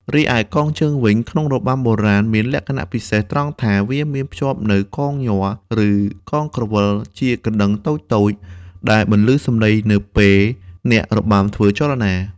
រីឯកងជើងវិញក្នុងរបាំបុរាណមានលក្ខណៈពិសេសត្រង់ថា វាមានភ្ជាប់នូវ "កងញ័រ" ឬ "កងក្រវិល" ជាកណ្តឹងតូចៗ ដែលបន្លឺសំឡេងនៅពេលអ្នករបាំធ្វើចលនា។